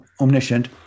omniscient